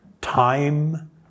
Time